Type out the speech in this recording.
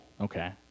Okay